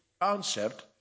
concept